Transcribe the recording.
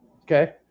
okay